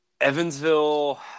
Evansville